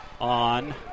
on